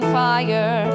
fire